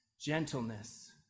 gentleness